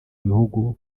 ibihugu